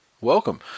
Welcome